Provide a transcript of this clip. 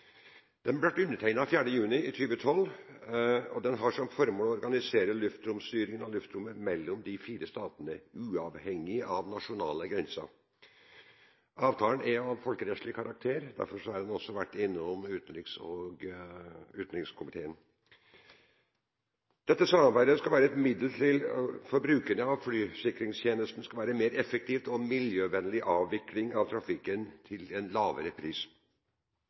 Den ble undertegnet den 4. juni 2012, og den har som formål å organisere lufttrafikkstyringen og luftrommet mellom de fire statene uavhengig av nasjonale grenser. Avtalen er av folkerettslig karakter. Derfor har den også vært innom utenrikskomiteen. Dette samarbeidet skal være et middel for at brukerne av flysikringstjenestene skal gis en mer effektiv og miljøvennlig avvikling av trafikken til en lavere pris.